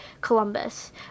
Columbus